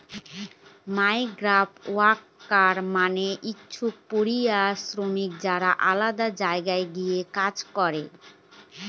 migrant worker মানে হচ্ছে পরিযায়ী শ্রমিক যারা আলাদা জায়গায় গিয়ে কাজ করে